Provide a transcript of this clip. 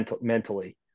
mentally